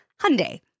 Hyundai